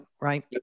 right